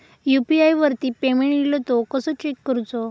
UPI वरती payment इलो तो कसो चेक करुचो?